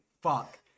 fuck